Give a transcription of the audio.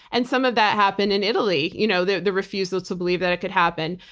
and some of that happened in italy. you know the the refusal to believe that it could happen.